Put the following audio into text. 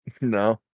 No